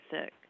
sick